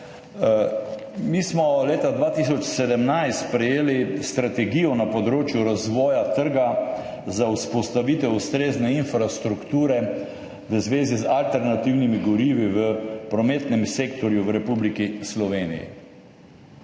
mi smo leta 2017 sprejeli strategijo na področju razvoja trga za vzpostavitev ustrezne infrastrukture v zvezi z alternativnimi gorivi v prometnem sektorju v Republiki Sloveniji